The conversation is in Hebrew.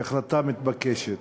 היא החלטה מתבקשת,